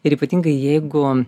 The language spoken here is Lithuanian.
ir ypatingai jeigu